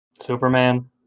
Superman